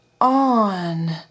on